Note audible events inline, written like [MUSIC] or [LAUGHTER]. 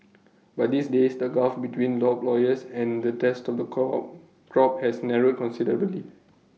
[NOISE] but these days the gulf between lop lawyers and the test of the cop crop has narrowed considerably